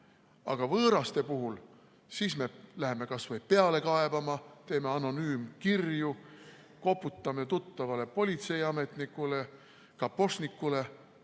aga võõraste puhul me läheme kas või peale kaebama, teeme anonüümkirju, koputame tuttavale politseiametnikule, kapošnikule,